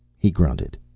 he grunted.